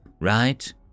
right